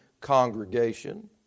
congregation